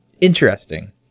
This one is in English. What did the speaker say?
Interesting